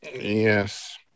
yes